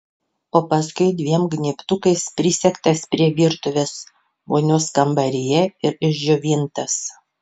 o paskui dviem gnybtukais prisegtas prie virtuvės vonios kambaryje ir išdžiovintas